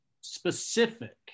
specific